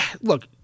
look